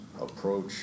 approach